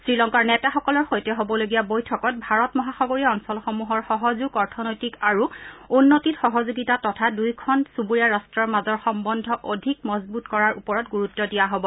শ্ৰীলংকাৰ নেতাসকলৰ সৈতে হ'বলগীয়া বৈঠকত ভাৰত মহাসাগৰীয় অঞ্চলসমূহৰ সহযোগ অৰ্থনৈতিক আৰু উন্নতিত সহযোগিতা তথা দুয়োখন চুবুৰীয়া ৰাষ্ট্ৰৰ মাজৰ সম্বন্ধ অধিক মজবুত কৰাৰ ওপৰত গুৰুত্ব দিয়া হব